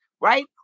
right